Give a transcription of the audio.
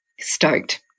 Stoked